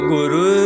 Guru